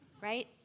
right